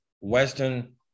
Western